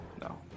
no